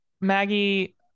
Maggie